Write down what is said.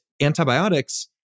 antibiotics